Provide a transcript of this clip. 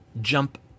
jump